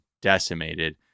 decimated